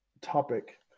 topic